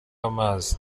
amazi